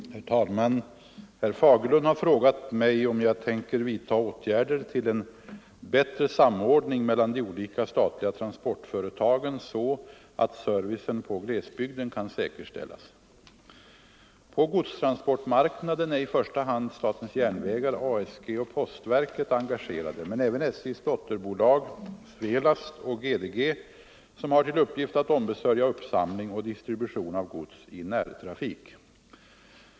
Herr talman! Herr Fagerlund har frågat mig om jag tänker vidtaga åtgärder till en bättre samordning mellan de olika statliga transportföretagen, så att servicen på glesbygden kan säkerställas. På godstransportmarknaden är i första hand SJ, ASG och postverket engagerade men även SJ:s dotterbolag Svelast och GDG, som har till uppgift att ombesörja uppsamling och distribution av gods i närtrafik.